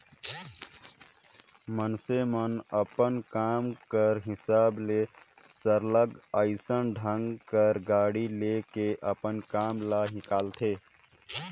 मइनसे मन अपन काम कर हिसाब ले सरलग अइसन ढंग कर गाड़ी ले के अपन काम ल हिंकालथें